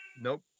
nope